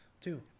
two